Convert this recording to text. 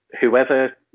whoever